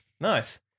Nice